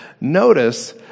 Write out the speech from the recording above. notice